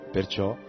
Perciò